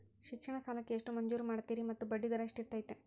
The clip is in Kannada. ಶಿಕ್ಷಣ ಸಾಲಕ್ಕೆ ಎಷ್ಟು ಮಂಜೂರು ಮಾಡ್ತೇರಿ ಮತ್ತು ಬಡ್ಡಿದರ ಎಷ್ಟಿರ್ತೈತೆ?